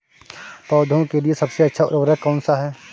पौधों के लिए सबसे अच्छा उर्वरक कौनसा हैं?